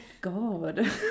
God